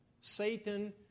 Satan